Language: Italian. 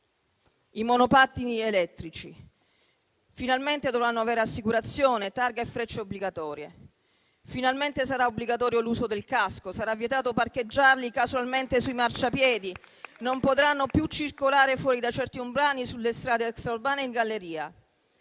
ai monopattini elettrici, che finalmente dovranno avere assicurazione, targa e freccia obbligatoria. Finalmente sarà obbligatorio l'uso del casco, sarà vietato parcheggiarli casualmente sui marciapiedi, non potranno più circolare fuori dai centri urbani, sulle strade extraurbane ed in galleria.